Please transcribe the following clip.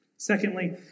Secondly